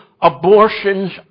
abortions